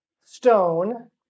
stone